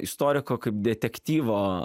istoriko kaip detektyvo